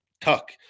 tuck